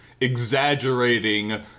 exaggerating